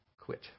Quit